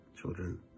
children